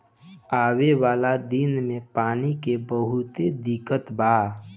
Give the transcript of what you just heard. आवे वाला दिन मे पानी के बहुते दिक्कत बा